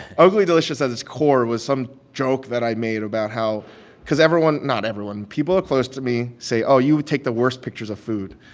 ugly delicious at its core was some joke that i made about how because everyone not everyone people close to me say, oh, you would take the worst pictures of food.